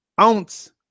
ounce